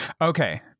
okay